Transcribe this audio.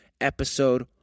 episode